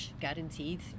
guaranteed